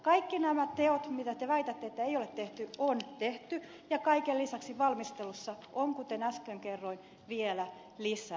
kaikki nämä teot mistä te väitätte että niitä ei ole tehty on tehty ja kaiken lisäksi valmistelussa on kuten äsken kerroin vielä lisää